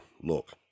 Look